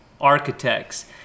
architects